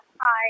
Hi